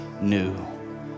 new